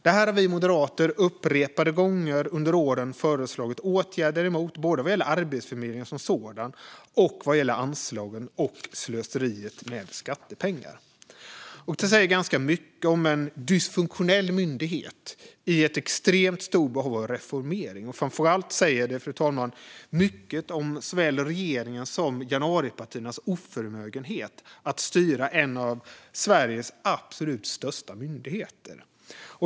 Det här har vi moderater upprepade gånger under åren föreslagit åtgärder mot, både vad gäller Arbetsförmedlingen som sådan och vad gäller anslagen och slöseriet med skattepengar. Detta säger mycket om en dysfunktionell myndighet i ett extremt stort behov av reformering. Men framför allt säger det, fru talman, mycket om såväl regeringens som januaripartiernas oförmögenhet att styra en av Sveriges absolut största myndigheter.